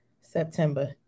September